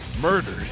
murdered